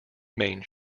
main